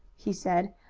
he said,